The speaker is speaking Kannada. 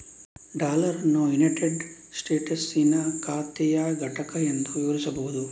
ಡಾಲರ್ ಅನ್ನು ಯುನೈಟೆಡ್ ಸ್ಟೇಟಸ್ಸಿನ ಖಾತೆಯ ಘಟಕ ಎಂದು ವಿವರಿಸಬಹುದು